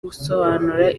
gusobanura